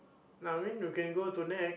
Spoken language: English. no I mean you can go to Nex